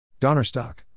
Donnerstock